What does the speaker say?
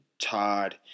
Todd